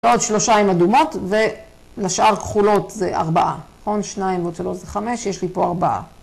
ועוד שלושה עם אדומות, ולשאר כחולות זה ארבעה. נכון, שניים ועוד שלוש זה חמש, יש לי פה ארבעה.